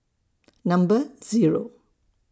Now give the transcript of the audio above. Number Zero